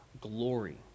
glory